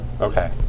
Okay